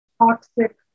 toxic